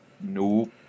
Nope